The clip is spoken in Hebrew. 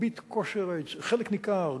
חלק ניכר,